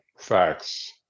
facts